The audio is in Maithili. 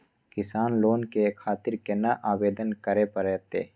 किसान लोन के खातिर केना आवेदन करें परतें?